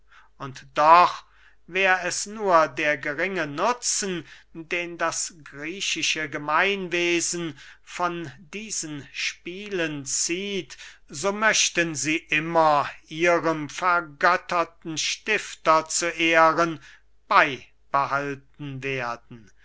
und doch wär es nur der geringe nutzen den das griechische gemeinwesen von diesen spielen zieht so möchten sie immer ihrem vergötterten stifter zu ehren beybehalten werden